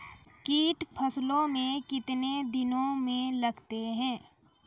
कीट फसलों मे कितने दिनों मे लगते हैं?